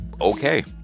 okay